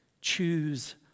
Choose